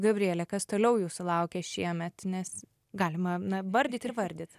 gabriele kas toliau jūsų laukia šiemet nes galima vardyt ir vardyt